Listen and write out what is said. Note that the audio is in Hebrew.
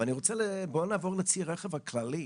אבל בוא נעבור לצי הרכב הכללי.